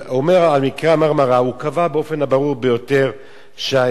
אומר על מקרה ה"מרמרה" הוא קבע באופן הברור ביותר שההסגר